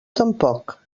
tampoc